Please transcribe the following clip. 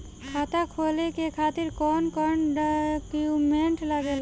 खाता खोले के खातिर कौन कौन डॉक्यूमेंट लागेला?